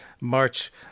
March